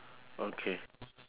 okay